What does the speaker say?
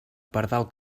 pardal